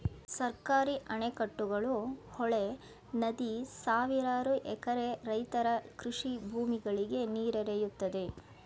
ಸರ್ಕಾರಿ ಅಣೆಕಟ್ಟುಗಳು, ಹೊಳೆ, ನದಿ ಸಾವಿರಾರು ಎಕರೆ ರೈತರ ಕೃಷಿ ಭೂಮಿಗಳಿಗೆ ನೀರೆರೆಯುತ್ತದೆ